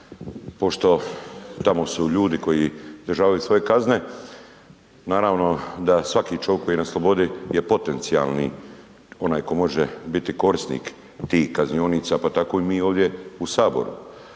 pošto tamo su ljudi koji izdržavaju svoje kazne, naravno da svaki čovjek koji je na slobodi je potencijalni onaj koji može biti korisnik tih kaznionica pa tako i mi ovdje u Saboru.